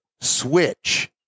switch